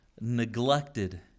neglected